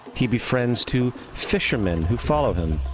he befriends two fishermen, who follow him.